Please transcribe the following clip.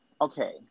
Okay